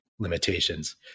limitations